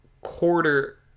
quarter